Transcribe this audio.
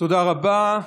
תודה רבה.